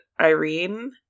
Irene